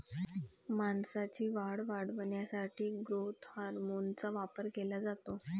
मांसाची वाढ वाढवण्यासाठी ग्रोथ हार्मोनचा वापर केला जातो